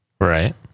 right